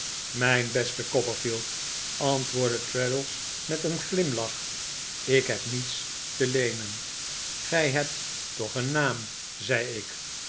mijn beste copperfield antwoordde traddles met een glimlach ik heb niets te leenen gij hebt toch een naam zei ik